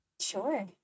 Sure